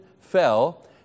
fell